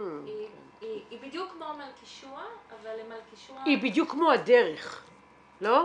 היא בדיוק כמו מלכישוע אבל למלכישוע -- היא בדיוק כמו הדרך לא?